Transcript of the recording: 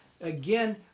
again